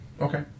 Okay